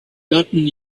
gotten